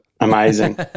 Amazing